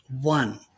one